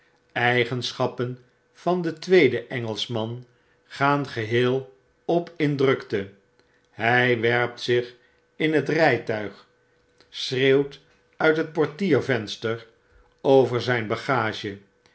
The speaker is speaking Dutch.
eigenschappen van den tweeden engelschman gaan geheei op in drukte hg werpt zich in het rjjtuig schreeuwt uit het portiervenster over zp bagage